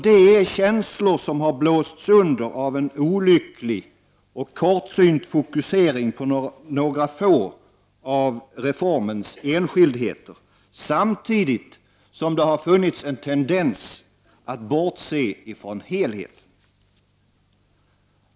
Det är känslor som har blåsts under av en olycklig och kortsynt fokusering på några få av reformens enskildheter, samtidigt som det har funnits en tendens att bortse från helheten.